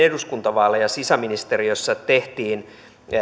eduskuntavaaleja sisäministeriössä tehtiin